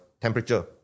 temperature